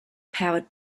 powered